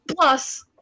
Plus